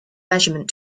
measurement